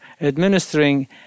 administering